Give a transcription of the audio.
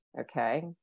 Okay